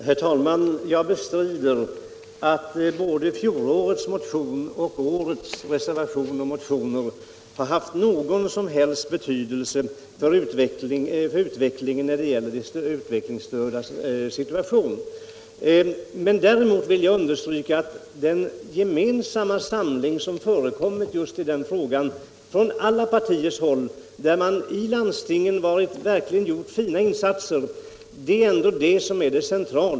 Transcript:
Herr talman! Jag bestrider att fjolårets motion eller årets reservation och motioner skulle ha någon som helst betydelse för utvecklingen när det gäller de utvecklingsstördas situation. Det centrala har varit den gemensamma samling som förekommit just i denna fråga, där det verkligen gjorts fina insatser i landstingen från alla partiers sida.